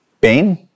pain